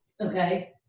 okay